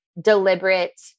deliberate